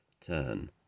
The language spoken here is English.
Turn